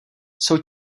jsou